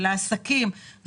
של העסקים,